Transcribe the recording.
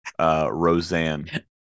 Roseanne